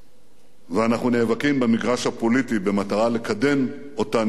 ואנחנו נאבקים במגרש הפוליטי במטרה לקדם אותן אמונות.